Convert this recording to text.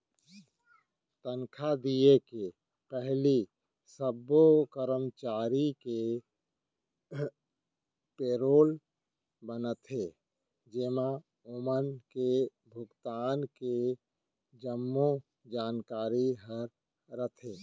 तनखा दिये के पहिली सब्बो करमचारी के पेरोल बनाथे जेमा ओमन के भुगतान के जम्मो जानकारी ह रथे